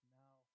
now